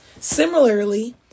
Similarly